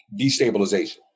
destabilization